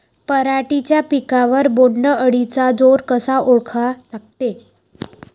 पराटीच्या पिकावर बोण्ड अळीचा जोर कसा ओळखा लागते?